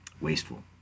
wasteful